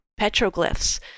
petroglyphs